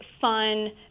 fun